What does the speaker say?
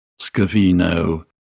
Scavino